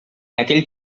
aquell